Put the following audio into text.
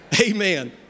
Amen